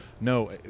No